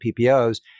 PPOs